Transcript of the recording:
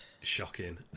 Shocking